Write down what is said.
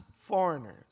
foreigners